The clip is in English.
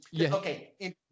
okay